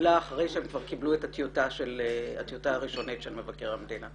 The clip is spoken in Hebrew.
התקבלה אחרי שהם כבר קיבלו את הטיוטה הראשונית של מבקר המדינה.